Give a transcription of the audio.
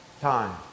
time